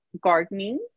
gardening